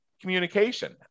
communication